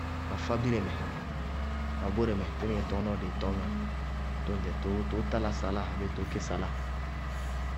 Ma afábire mɛ ma bóre mɛ tínɩŋɛ tɔɔ nɔɔ dɩɩ tɔñŋá, tʋŋdzɛ tʋʋ talá saláa abéé tʋʋ kí saláa.